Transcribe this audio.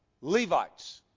Levites